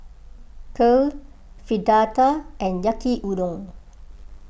Kheer Fritada and Yaki Udon